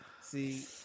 see